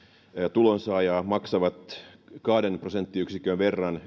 tulonsaajaa maksavat kahden prosenttiyksikön verran